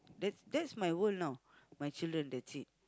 that that's my world now my children that's it